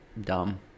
dumb